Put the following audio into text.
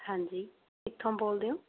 ਹਾਂਜੀ ਕਿੱਥੋਂ ਬੋਲਦੇ ਹੋ